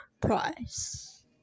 Price